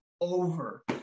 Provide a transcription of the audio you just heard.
over